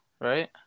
right